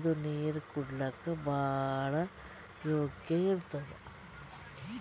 ಇದು ನೀರ್ ಕುಡ್ಲಿಕ್ಕ್ ಭಾಳ್ ಯೋಗ್ಯ್ ಇರ್ತದ್